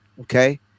okay